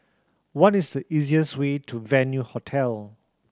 what is the easiest way to Venue Hotel